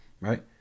right